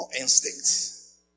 instincts